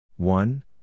One